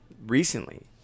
recently